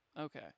okay